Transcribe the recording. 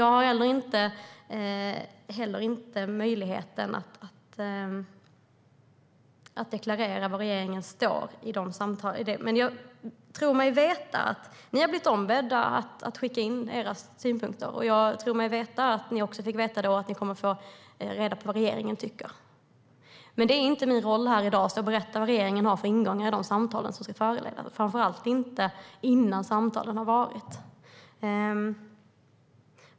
Jag har inte heller möjlighet att deklarera var regeringen står i dessa samtal. Men jag tror mig veta att ni har blivit ombedda att skicka in era synpunkter, och jag tror mig veta att ni då också fick veta att ni kommer att få reda på vad regeringen tycker. Men det är inte min roll här i dag att berätta vad regeringen har för ingång i de samtal som ska föras, framför allt inte innan samtalen har förts.